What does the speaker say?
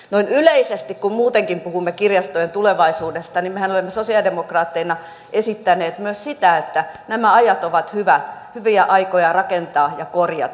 noin yleisesti kun muutenkin puhumme kirjastojen tulevaisuudesta niin mehän olemme sosialidemokraatteina esittäneet myös sitä että nämä ajat ovat hyviä aikoja rakentaa ja korjata